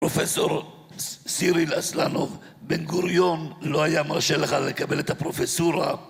פרופסור סיריל אסלנוב בן גוריון לא היה מרשה לך לקבל את הפרופסורה